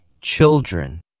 children